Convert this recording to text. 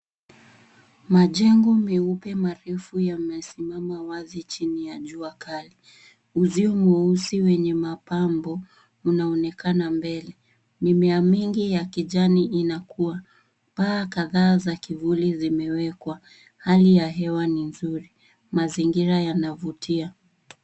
Majengo meupe marefu yamesimama wazi chini ya jua Kali. Mzio mweusi mwenye mapambo unaonekana mbele. Mimea mingi ya kijani inakua. Paa kadhaa za kivuli zimewekwa. Hali ya hewa ni nzuri. Mazingira yanavutia.